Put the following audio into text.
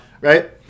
Right